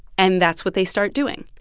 and that's what they start doing.